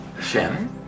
Shannon